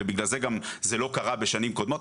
ובגלל זה זה לא קרה בשנים קודמות.